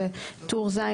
בטור ז,